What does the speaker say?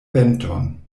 venton